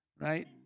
right